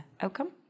outcome